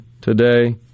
today